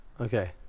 Okay